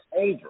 over